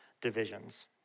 divisions